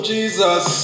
Jesus